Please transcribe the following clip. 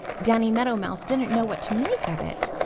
danny meadow mouse didn't know what to make of it.